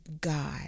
God